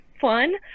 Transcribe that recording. fun